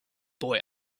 boy